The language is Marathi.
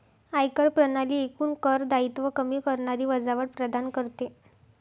आयकर प्रणाली एकूण कर दायित्व कमी करणारी वजावट प्रदान करते